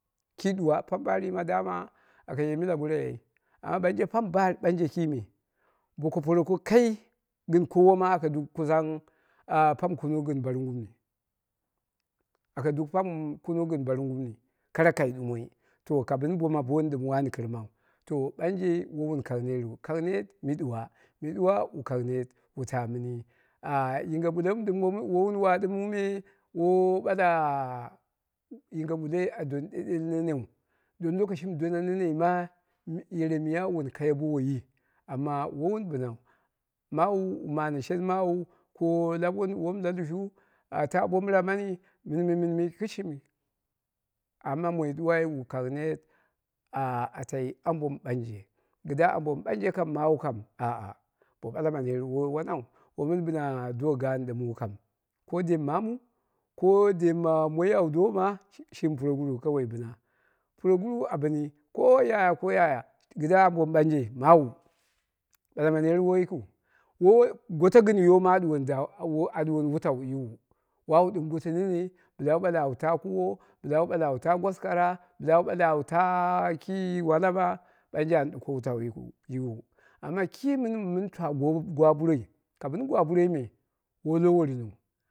Ki ɗuwa pam baati ma aka ye mila gorei ai amma ɓanje poam baat ɓanje kime boko poroko kai gɨn koowo ma aka duu pam kunung gɨn baringumni, aka duu poam kunung gɨn baringumni kara kai ɗumoi. To ka bɨni bo ma bonni ɗɨm wan kɨrmau to ɓanje wowun kang neru kang net mɨ duwa, mɨ ɗuwa wu kang net wu taimɨni. Yinge ɓullo mɨ woi wun ɗima wun wau, woi ɓala yinge ɓulloi a doni ɗeɗel neneu don lokoshi mɨ dona nenei ma yere miya wun kayo bo woiya amma woi wur bɨnau maawu wu mane shenmawu ko la powom la lushu, tabo mɨra mani, minmi minmi, kɨshimi amma moi ɗuwai wu kang net a tai ambo mɨ ɓanje kɨdewa ambo mɨ banje ka ah ah bo ɓala ma net woi wanau woi mɨn bɨna do gaanu kam. Ko dem maamu, ko dem ma moi awu doma puroguru kawai bɨna, puroguru a bɨni ko yaya, ko yaya, ɓala ma net woi yikiu, goto gɨn yoo ma a ɗuwoni damuwa a ɗuwoni wutau yiwu bo goto nini bɨla wu ɓale au taa kabo bila wu ɓale awu ta gwaskwara, bɨla wu bale au taa ki walamaɓanje an ɗuko ɗa wutau yiwu amma ki mɨni mɨn mɨn twa ghaburoi me woi lo worinie.